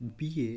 বিয়ে